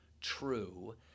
true